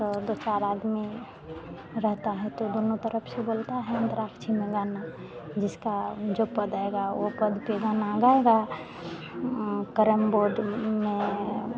तो दो चार आदमी रहता है तो दोनों तरफ से बोलता है अन्तराक्षी में गाना जिसका जो पद आएगा वह पद पर गाना गाएगा कैरम बोर्ड में